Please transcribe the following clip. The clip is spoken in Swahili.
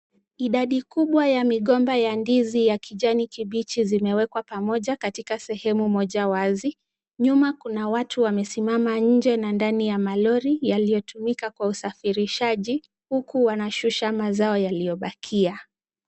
Idadi kubwa ya migomba ya ndizi ya kijani kibichi zimewekwa pamoja katika sehemu moja wazi. Nyuma Kuna watu wamesimama nje na ndani ya malori yaliotumika kwa usafirishaji huku wanashusha Mazao yaliyobakia.